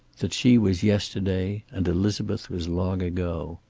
that she was yesterday, and elizabeth was long ago.